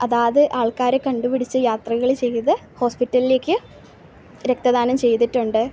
അതാത് ആൾക്കാരെ കണ്ട് പിടിച്ച് യാത്രകൾ ചെയ്ത് ഹോസ്പിറ്റലിലേക്ക് രക്തദാനം ചെയ്തിട്ടുണ്ട്